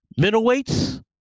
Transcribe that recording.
Middleweights